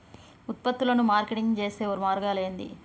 ఉత్పత్తులను మార్కెటింగ్ చేసే మార్గాలు ఏంది?